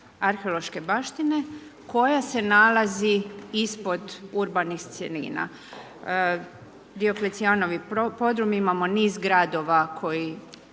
arheološke baštine koja se nalazi ispod urbanih cjelina. Dioklecijanovi podrumi imamo niz gradova koji,